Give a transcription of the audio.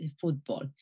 football